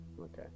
okay